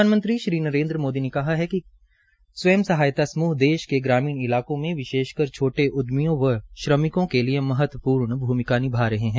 प्रधानमंत्री श्री नरेन्द्र मोदी ने कहा है कि स्वयं सहायता समूह देश के ग्रामीण इलाकों में विशेष्कर छोटे उद्यमियों व श्रमिकों के लिए महत्वपूर्ण भूमिका निभा रहे है